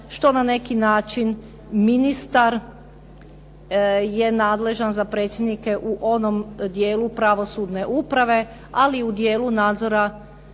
što na neki način ministar je nadležan za predsjednike u onom dijelu pravosudne uprave, ali i u dijelu nadzora